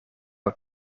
het